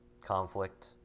conflict